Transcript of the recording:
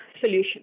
solution